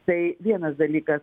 tai vienas dalykas